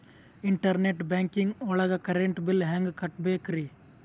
Internet banking ಒಳಗ್ current bill ಹೆಂಗ್ ಕಟ್ಟ್ ಬೇಕ್ರಿ?